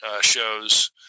shows